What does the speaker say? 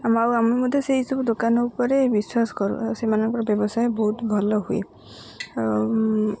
ଆଉ ଆମେ ମଧ୍ୟ ସେଇସବୁ ଦୋକାନ ଉପରେ ବିଶ୍ୱାସ କରୁ ଆଉ ସେମାନଙ୍କର ବ୍ୟବସାୟ ବହୁତ ଭଲ ହୁଏ ଆଉ